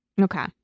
Okay